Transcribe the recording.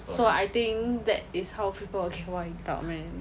so I think that is how people will get wiped out man